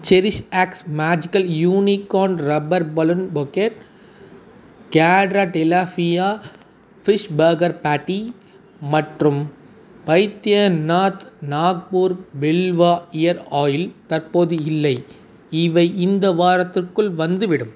cherish ox magical unicorn rubber balloon bouquet கேட்ர டிலாஃபியா fish burger patty மற்றும் Baidyanath Nagpur Bilva ear oil தற்போது இல்லை இவை இந்த வாரத்துக்குள் வந்துவிடும்